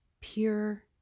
pure